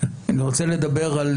אני רוצה לדבר על